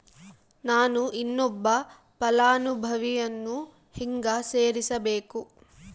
ನಾನು ಇನ್ನೊಬ್ಬ ಫಲಾನುಭವಿಯನ್ನು ಹೆಂಗ ಸೇರಿಸಬೇಕು?